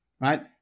Right